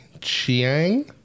Chiang